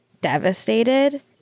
devastated